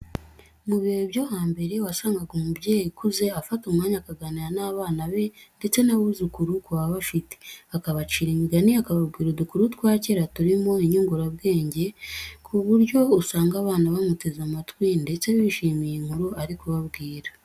Mu bihe byo hambere wasangaga umubyeyi ukuze afata umwanya akaganira n'abana be ndetse n'abuzukuru ku babafite, akabacira imigani, akababwira udukuru twa cyera turimo inyurabwenge ku buryo usanga abana bamuteze amatwi ndetse bishimiye inkuru ari kubabwira.